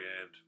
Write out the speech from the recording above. end